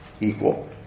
equal